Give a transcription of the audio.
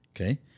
okay